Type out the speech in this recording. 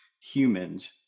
humans